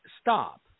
stop